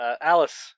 Alice